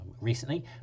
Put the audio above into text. recently